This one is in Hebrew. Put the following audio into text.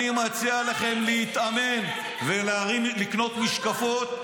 אני מציע לכם להתאמן ולקנות משקפות,